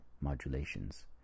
modulations